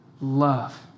love